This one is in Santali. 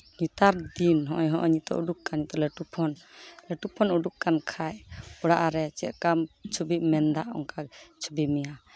ᱱᱮᱛᱟᱨ ᱫᱤᱱ ᱱᱚᱜᱼᱚᱭ ᱱᱤᱛᱚᱜ ᱩᱰᱩᱠ ᱟᱠᱟᱱ ᱞᱟᱹᱴᱩ ᱯᱷᱳᱱ ᱞᱟᱹᱴᱩ ᱯᱷᱳᱱ ᱩᱰᱩᱠ ᱠᱟᱱ ᱠᱷᱟᱡ ᱚᱲᱟᱜ ᱨᱮ ᱪᱮᱫᱠᱟᱢ ᱪᱷᱚᱵᱤᱢ ᱢᱮᱱᱫᱟ ᱚᱱᱠᱟᱭ ᱪᱷᱚᱵᱤ ᱢᱮᱭᱟ